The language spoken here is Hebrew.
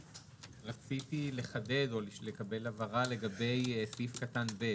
רציתי לקבל הבהרה לגבי סעיף קטן (ב),